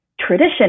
tradition